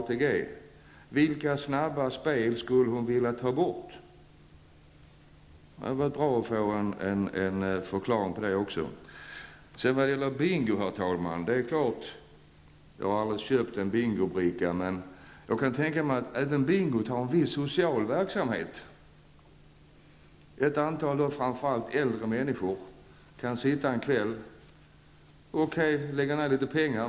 Men vilka snabba spel skulle Karin Israelsson vilja ta bort? Det vore bra om vi kunde få besked också på den punkten. Vad sedan gäller bingo, herr talman, vill jag säga att jag aldrig har köpt en bingobricka. Men jag kan tänka mig att även bingoverksamheten har en viss social nytta. Ett antal, framför allt äldre, människor kan sitta en kväll och spela. Okej, de lägger ner litet pengar på den här verksamheten.